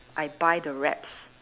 I buy the wraps